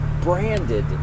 branded